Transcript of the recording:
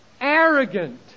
arrogant